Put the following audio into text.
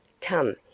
Come